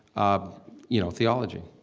um you know, theology